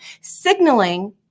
signaling